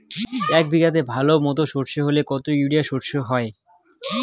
এক বিঘাতে ভালো মতো সর্ষে হলে কত ইউরিয়া সর্ষে হয়?